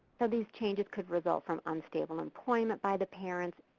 so these changes could result from unstable employment by the parents,